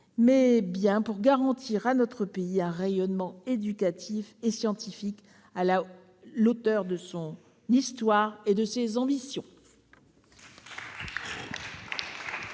mais bien pour garantir à notre pays un rayonnement éducatif et scientifique à la hauteur de son histoire et de ses ambitions.